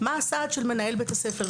מהו הסעד של מנהל בית הספר?